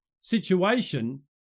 situation